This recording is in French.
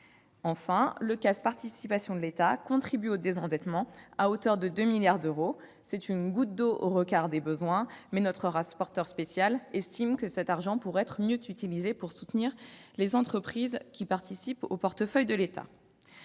Enfin, le CAS « Participations financières de l'État » contribue au désendettement à hauteur de 2 milliards d'euros, soit une goutte d'eau au regard des besoins. D'ailleurs, notre rapporteur spécial estime que cet argent pourrait être mieux utilisé pour soutenir les entreprises du portefeuille de l'État.